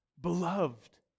Beloved